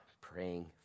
praying